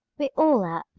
we're all out,